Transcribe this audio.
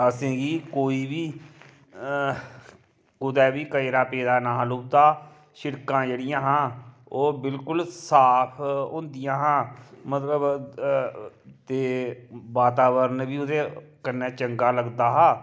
असेंगी कोई बी कुदै बी कचरा पेदा निं हा लभदा शिड़कां जेह्ड़ियां हा ओह् बिल्कुल साफ होंदियां हा मतलब ते वातावरण बी ओह्दे कन्नै चंगा लगदा हा